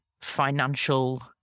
financial